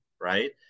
right